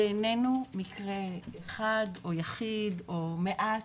זה איננו מקרה אחד או יחיד או מעט,